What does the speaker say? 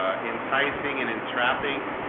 ah enticing and entrapping